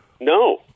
No